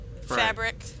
fabric